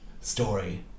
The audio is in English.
story